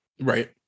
Right